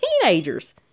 Teenagers